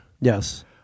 Yes